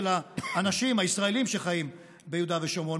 האנשים הישראלים שחיים ביהודה ושומרון.